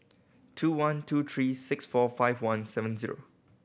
two one two three six four five one seven zero